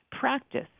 Practice